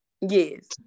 Yes